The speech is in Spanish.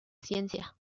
ciencia